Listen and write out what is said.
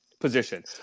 position